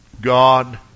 God